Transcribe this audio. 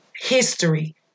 history